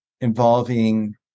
involving